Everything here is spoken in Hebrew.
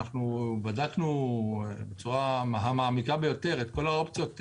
בדקנו בצורה מעמיקה ביותר את כל האופציות והאפשרויות.